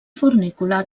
fornícula